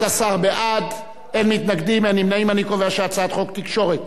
חוק התקשורת